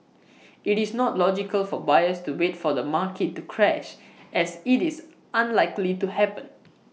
IT is not logical for buyers to wait for the market to crash as IT is unlikely to happen